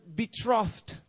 betrothed